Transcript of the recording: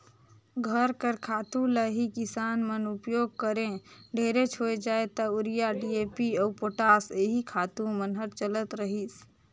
घर कर खातू ल ही किसान मन उपियोग करें ढेरेच होए जाए ता यूरिया, डी.ए.पी अउ पोटास एही खातू मन हर चलत रहिस